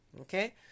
Okay